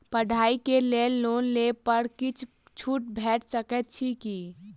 पढ़ाई केँ लेल लोन लेबऽ पर किछ छुट भैट सकैत अछि की?